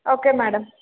okay madam